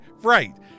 right